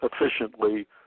efficiently